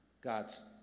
God's